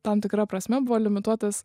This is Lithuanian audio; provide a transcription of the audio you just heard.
tam tikra prasme buvo limituotas